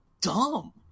dumb